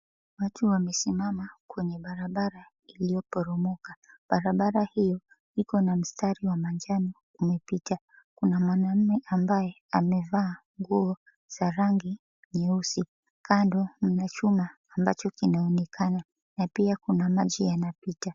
Watu wamesimama kwenye barabara iliyoporomoka barabara hiyo Iko na msitari ya manjano imepita kuna mwanaume ambaye amevaa nguo za rangi nyeusi kando mna chuma ambacho kinaonekana na pia kuna maji inapita.